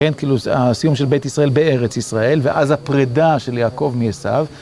כן, כאילו הסיום של בית ישראל בארץ ישראל, ואז הפרידה של יעקב מעשו.